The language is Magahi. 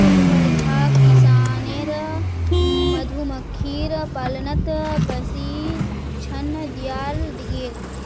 वर्धाक किसानेर मधुमक्खीर पालनत प्रशिक्षण दियाल गेल